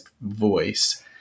voice